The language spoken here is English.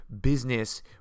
business